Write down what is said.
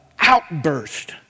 outburst